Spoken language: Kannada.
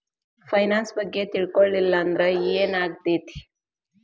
ಫೈನಾನ್ಸ್ ಬಗ್ಗೆ ತಿಳ್ಕೊಳಿಲ್ಲಂದ್ರ ಏನಾಗ್ತೆತಿ?